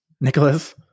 Nicholas